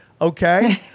Okay